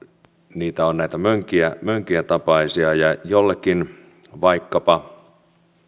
niitä on näitä mönkijän tapaisia ja jollekin vaikkapa